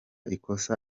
ikosa